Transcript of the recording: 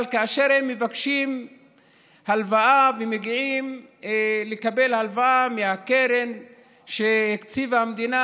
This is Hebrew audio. אבל כאשר הם מבקשים הלוואה ומגיעים לקבל הלוואה מהקרן שהקציבה המדינה,